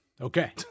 Okay